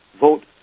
vote